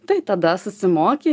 tai tada susimoki